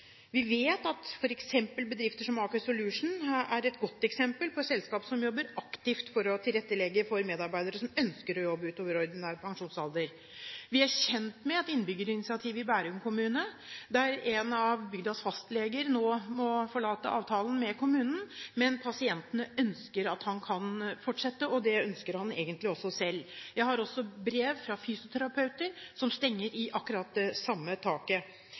Vi vet at en bedrift som Aker Solutions er et godt eksempel på et selskap som jobber aktivt for å tilrettelegge for medarbeidere som ønsker å jobbe utover ordinær pensjonsalder. Vi er kjent med innbyggerinitiativet i Bærum kommune. Der må en av bygdas fastleger nå forlate avtalen med kommunen, men pasientene ønsker at han skal kunne fortsette, og det ønsker han egentlig også selv. Jeg har også brev fra fysioterapeuter som stanger i akkurat det samme taket.